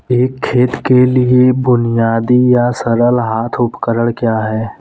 एक खेत के लिए बुनियादी या सरल हाथ उपकरण क्या हैं?